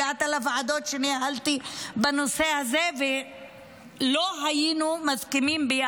הגעת לוועדות שניהלתי בנושא הזה ולא הסכמנו.